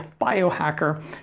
biohacker